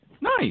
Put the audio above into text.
Nice